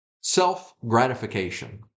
self-gratification